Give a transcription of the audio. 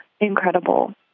incredible